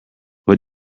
what